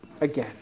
again